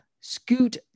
Scoot